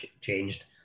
changed